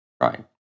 Right